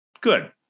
good